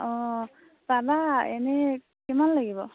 অঁ পাবা এনেই কিমান লাগিব